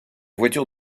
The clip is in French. voiture